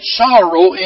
sorrow